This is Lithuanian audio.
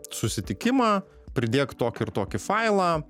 susitikimą pridėk tokį ir tokį failą